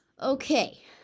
Okay